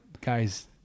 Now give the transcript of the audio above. guys